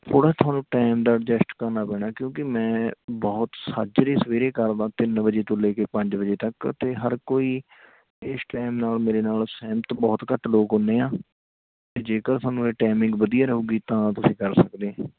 ਥੋੜ੍ਹਾ ਤੁਹਾਨੂੰ ਟੈਮ ਦਾ ਐਡਜਸਟ ਕਰਨਾ ਪੈਣਾ ਕਿਉਂਕਿ ਮੈਂ ਬਹੁਤ ਸਾਜਰੇ ਸਵੇਰੇ ਕਰਦਾ ਤਿੰਨ ਵਜੇ ਤੋਂ ਲੈ ਕੇ ਪੰਜ ਵਜੇ ਤੱਕ ਅਤੇ ਹਰ ਕੋਈ ਇਸ ਟਾਈਮ ਨਾਲ ਮੇਰੇ ਨਾਲ ਸਹਿਮਤ ਬਹੁਤ ਘੱਟ ਲੋਕ ਹੁੰਦੇ ਆ ਅਤੇ ਜੇਕਰ ਤੁਹਾਨੂੰ ਇਹ ਟਾਈਮਿੰਗ ਵਧੀਆ ਰਹੇਗੀ ਤਾਂ ਤੁਸੀਂ ਕਰ ਸਕਦੇ